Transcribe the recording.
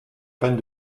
peine